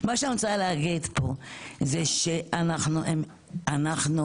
מה שאני רוצה להגיד פה זה שאנחנו מדברים